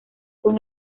con